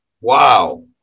Wow